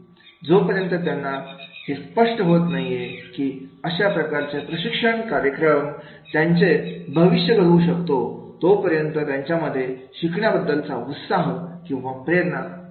जो पर्यंत त्यांना हे स्पष्ट होत नाहीये की अशा प्रकारचा प्रशिक्षण कार्यक्रम त्यांचं भविष्य घडवू शकतो तोपर्यंत त्यांच्यामध्ये शिकण्याबद्दलचा उत्साह उत्साह किंवा प्रेरणा तयार होणार नाही